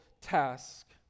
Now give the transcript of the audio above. task